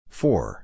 four